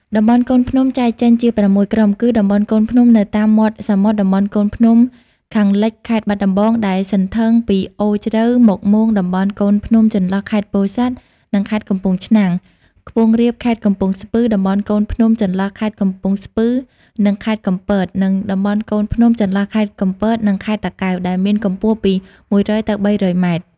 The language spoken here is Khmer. តំបន់កូនភ្នំចែកចេញជា ៦ ក្រុមគឺ តំបន់កូនភ្នំនៅតាមមាត់សមុទ្រ តំបន់កូនភ្នំខាងលិចខេត្តបាត់ដំបង ដែលសន្ធឹងពីអូរជ្រៅមកមោង តំបន់កូនភ្នំចន្លោះខេត្តពោធិសាត់និងខេត្តកំពង់ឆ្នាំង ខ្ពង់រាបខេត្តកំពង់ស្ពឺ តំបន់កូនភ្នំចន្លោះរខេត្តកំពង់ស្ពឺនិងខេត្តកំពត និង តំបន់កូនភ្នំចន្លោះខេត្តកំពតនិងខេត្តតាកែវ ដែលមានកម្ពស់ពី ១០០ ទៅ ៣០០ ម៉ែត្រ។